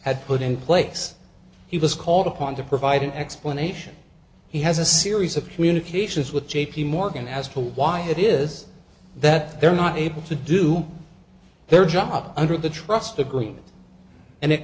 had put in place he was called upon to provide an explanation he has a series of communications with j p morgan as to why it is that they're not able to do their job under the trust the green and it